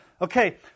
okay